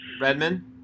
Redman